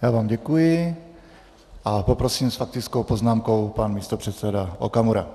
Já vám děkuji a poprosím s faktickou poznámkou pan místopředseda Okamura.